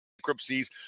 bankruptcies